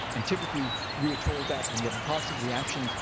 and typically we are told that, when you have a positive reaction,